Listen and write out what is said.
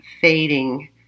fading